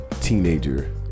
teenager